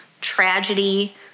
tragedy